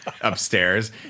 upstairs